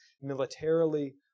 militarily